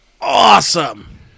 awesome